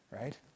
right